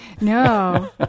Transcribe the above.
No